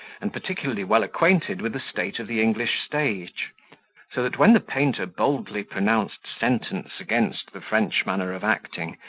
and particularly well acquainted with the state of the english stage so that when the painter boldly pronounced sentence against the french manner of acting,